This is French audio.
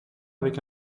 avec